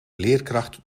leerkracht